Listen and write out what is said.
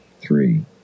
three